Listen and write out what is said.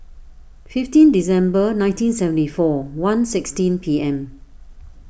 fifteen December nineteen seventy four one seventy P M